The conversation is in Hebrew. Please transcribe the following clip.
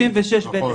סעיף 36(ב1)